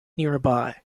nearby